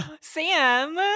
sam